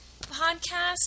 podcast